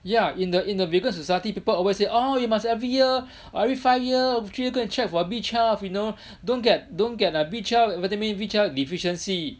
yeah in the in the biggest society people always say orh you must every year orh every five year actually go and check for B twelve you know don't get don't get a B twelve vitamin B twelve deficiency